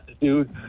dude